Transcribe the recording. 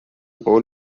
قول